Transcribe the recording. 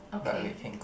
okay